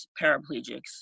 paraplegics